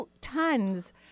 tons